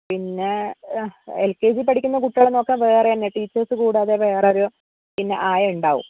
പിന്നെ L K G പഠിക്കുന്ന കുട്ടികളെ നോക്കാൻ വേറെ ടീച്ചേഴ്സ് കൂടാതെ വേറെ ഒരു പിന്നെ ആയ ഉണ്ടാവും